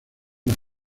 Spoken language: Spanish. las